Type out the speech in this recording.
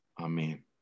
Amen